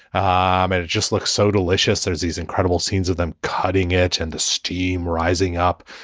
um and it just looks so delicious. there's these incredible scenes of them cutting edge and the steam rising up.